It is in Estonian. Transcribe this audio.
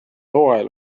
hooajal